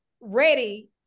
ready